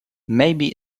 maybe